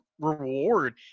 reward